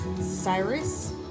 Cyrus